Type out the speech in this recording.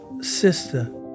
sister